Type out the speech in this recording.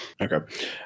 Okay